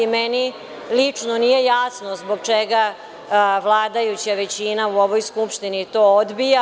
Meni lično nije jasno zbog čega vladajuća većina u ovoj Skupštini to odbija.